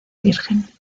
virgen